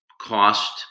cost